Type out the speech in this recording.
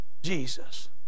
Jesus